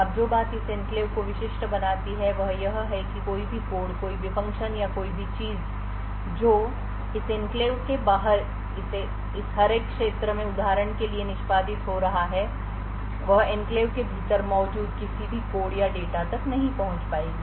अब जो बात इस एन्क्लेव को विशिष्ट बनाती है वह यह है कि कोई भी कोड कोई भी फ़ंक्शन या कोई भी चीज़ जो इस एंक्लेव के बाहर इस हरे क्षेत्र में उदाहरण के लिए निष्पादित हो रही है वह एन्क्लेव के भीतर मौजूद किसी भी कोड या डेटा तक नहीं पहुँच पाएगी